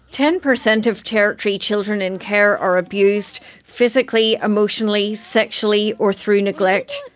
ten percent of territory children in care are abused physically, emotionally, sexually or through neglect.